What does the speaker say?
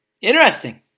Interesting